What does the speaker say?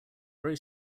very